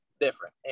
different